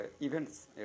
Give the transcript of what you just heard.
events